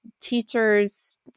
teachers